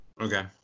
Okay